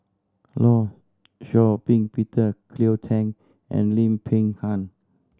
Law Shau Ping Peter Cleo Thang and Lim Peng Han